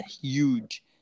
huge